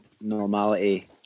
normality